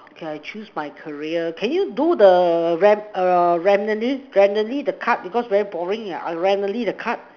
okay I choose my career can you do the ran~ err randomly randomly the cards because very boring ya err randomly the cards